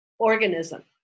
organism